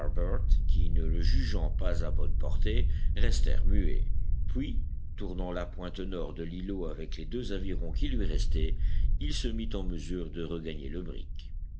qui ne le jugeant pas à bonne portée restèrent muets puis tournant la pointe nord de l'îlot avec les deux avirons qui lui restaient il se mit en mesure de regagner le brick